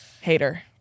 hater